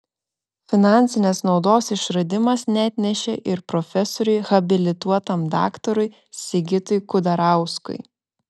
finansinės naudos išradimas neatnešė ir profesoriui habilituotam daktarui sigitui kudarauskui